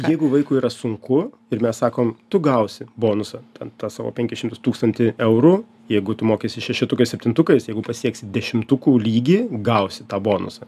jeigu vaikui yra sunku ir mes sakom tu gausi bonusą ten tą savo penkis šimtus tūkstantį eurų jeigu tu mokaisi šešetukais septintukais jeigu pasieksi dešimtukų lygį gausi tą bonusą